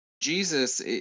Jesus